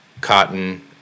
cotton